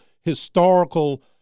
historical